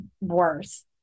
worse